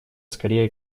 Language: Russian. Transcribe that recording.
скорее